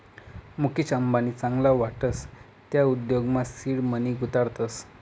मुकेश अंबानी चांगला वाटस त्या उद्योगमा सीड मनी गुताडतस